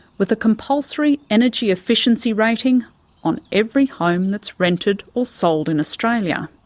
with a compulsory energy efficiency rating on every home that's rented or sold in australia.